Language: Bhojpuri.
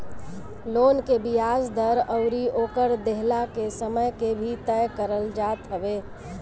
लोन के बियाज दर अउरी ओकर देहला के समय के भी तय करल जात हवे